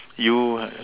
you